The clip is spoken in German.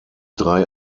drei